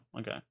okay